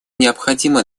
необходима